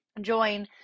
join